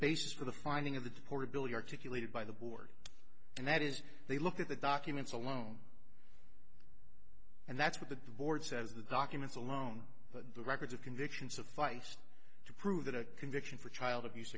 basis for the finding of the portability articulated by the board and that is they look at the documents alone and that's what the board says the documents alone but the records of conviction sufficed to prove that a conviction for child abuse